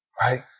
Right